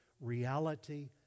reality